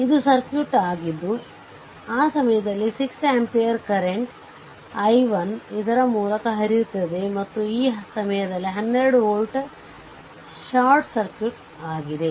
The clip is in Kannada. ಇದು ಸರ್ಕ್ಯೂಟ್ ಆಗಿದ್ದು ಆ ಸಮಯದಲ್ಲಿ 6 ಆಂಪಿಯರ್ ಕರೆಂಟ್ i1 ಇದರ ಮೂಲಕ ಹರಿಯುತ್ತದೆ ಮತ್ತು ಈ ಸಮಯದಲ್ಲಿ 12 ವೋಲ್ಟ್ ಶಾರ್ಟ್ ಸರ್ಕ್ಯೂಟ್ ಆಗಿದೆ